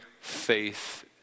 faith